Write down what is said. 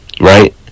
right